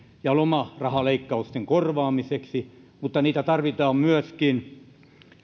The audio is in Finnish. ja lomarahaleikkausten korvaamiseksi mutta niitä tarvitaan myöskin